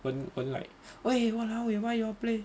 won't won't like !oi! !walao! eh why you all play